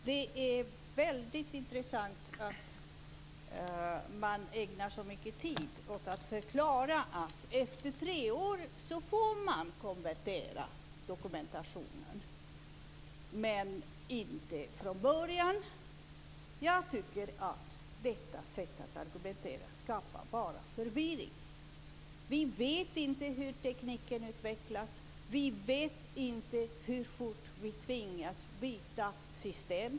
Fru talman! Det är mycket intressant att man ägnar så mycket tid åt att förklara att efter tre år får dokumentationen konverteras, men inte från början. Jag tycker att detta sätt att argumentera bara skapar förvirring. Vi vet inte hur tekniken utvecklas. Vi vet inte hur fort vi tvingas byta system.